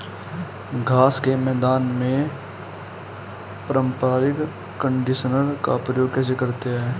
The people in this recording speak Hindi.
घास के मैदान में पारंपरिक कंडीशनर का प्रयोग कैसे करते हैं?